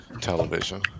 television